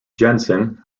jensen